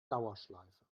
dauerschleife